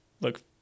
look